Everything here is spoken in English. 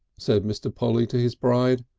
said mr. polly to his bride,